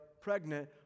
pregnant